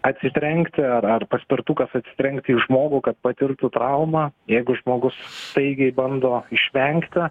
atsitrenkti ar ar paspirtukas atsitrenkti į žmogų kad patirtų traumą jeigu žmogus staigiai bando išvengti